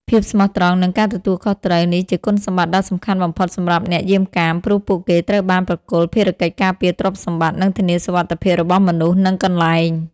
ភាពស្មោះត្រង់ និងការទទួលខុសត្រូវ នេះជាគុណសម្បត្តិដ៏សំខាន់បំផុតសម្រាប់អ្នកយាមកាម ព្រោះពួកគេត្រូវបានប្រគល់ភារកិច្ចការពារទ្រព្យសម្បត្តិ និងធានាសុវត្ថិភាពរបស់មនុស្ស និងកន្លែង។